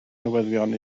newyddion